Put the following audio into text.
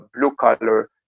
blue-collar